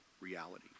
reality